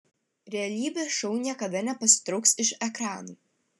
realybės šou niekada nepasitrauks iš ekranų